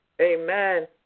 Amen